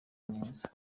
neza